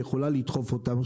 שיכולה לדחוף אותם.